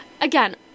Again